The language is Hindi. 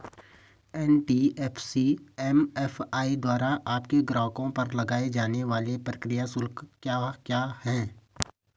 एन.बी.एफ.सी एम.एफ.आई द्वारा अपने ग्राहकों पर लगाए जाने वाले प्रक्रिया शुल्क क्या क्या हैं?